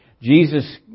Jesus